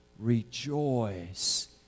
Rejoice